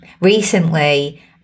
Recently